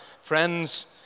friends